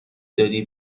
دادی